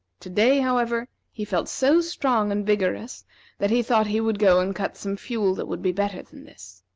to-day, however, he felt so strong and vigorous that he thought he would go and cut some fuel that would be better than this.